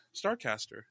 Starcaster